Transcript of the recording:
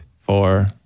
four